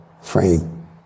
frame